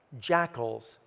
jackals